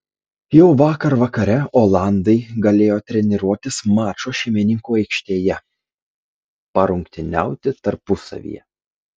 jau vakar vakare olandai galėjo treniruotis mačo šeimininkų aikštėje parungtyniauti tarpusavyje